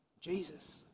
Jesus